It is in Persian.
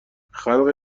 خلق